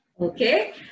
Okay